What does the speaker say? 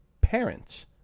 parents